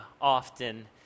often